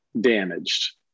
damaged